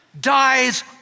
dies